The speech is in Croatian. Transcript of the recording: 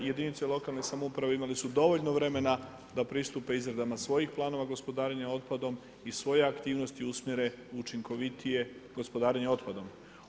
Jedinice lokalne samouprave imale su dovoljno vremena da pristupe izradama svojih planova gospodarenja otpadom i svoje aktivnosti usmjere u učinkovitije gospodarenje otpadom.